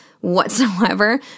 whatsoever